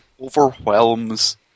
overwhelms